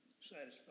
Satisfied